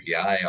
API